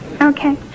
Okay